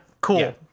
Cool